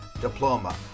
diploma